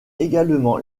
également